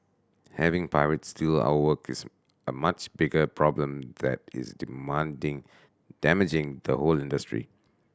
having pirates steal our work is a much bigger problem that is demanding damaging to whole industry